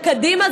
לקדימה,